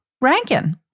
Rankin